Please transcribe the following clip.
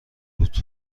بود